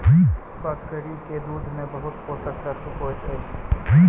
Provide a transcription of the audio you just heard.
बकरी के दूध में बहुत पोषक तत्व होइत अछि